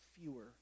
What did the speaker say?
fewer